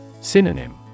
Synonym